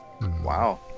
Wow